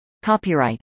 Copyright